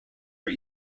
are